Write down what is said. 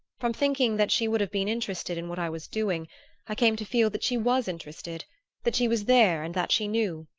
from thinking that she would have been interested in what i was doing i came to feel that she was interested that she was there and that she knew.